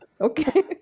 okay